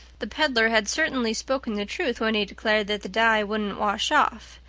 the peddler had certainly spoken the truth when he declared that the dye wouldn't wash off,